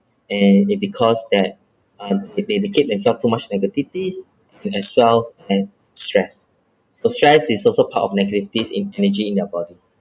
and it because that uh they they keep themself too much negative this as wells as stress so stress is also part of negative increase in energy in their body